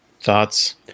Thoughts